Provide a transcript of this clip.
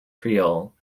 creole